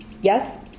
Yes